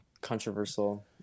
controversial